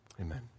Amen